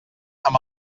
amb